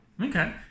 Okay